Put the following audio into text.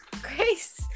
Grace